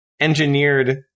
engineered